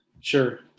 Sure